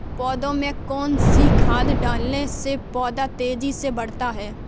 पौधे में कौन सी खाद डालने से पौधा तेजी से बढ़ता है?